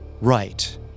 right